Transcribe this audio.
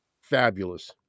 fabulous